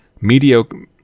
mediocre